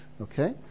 okay